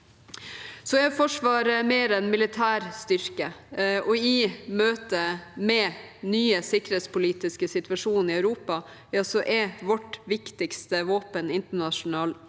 Så er Forsvaret mer enn militærstyrke, og i møte med den nye sikkerhetspolitiske situasjonen i Europa er vårt viktigste våpen internasjonal rett